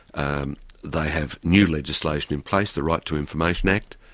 um they have new legislation in place, the right to information act.